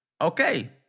okay